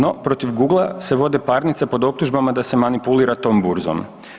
No, protiv Googlea se vode parnice pod optužbama da se manipulira tom burzom.